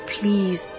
Please